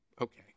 Okay